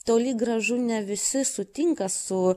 toli gražu ne visi sutinka su